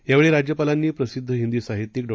यावेळी राज्यपालांनी प्रसिद्ध हिंदी साहित्यिक डॉ